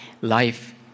life